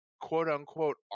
quote-unquote